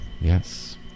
yes